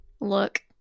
look